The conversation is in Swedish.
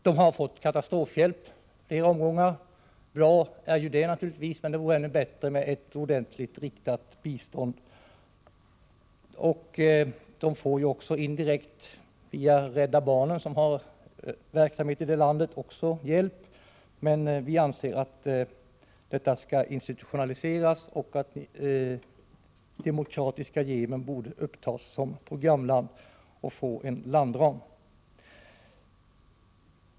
Yemen har fått katastrofhjälp i flera omgångar, och bra är ju det, men det vore ännu bättre med ett ordentligt, riktat bistånd. De får ju också hjälp indirekt, via Rädda barnen, som har verksamhet i det landet. Men vi anser att detta skall institutionaliseras och att Demokratiska folkrepubliken Yemen borde upptas som programland och få en egen landram. Herr talman!